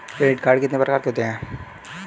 Credit card कितने प्रकार के होते हैं?